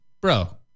bro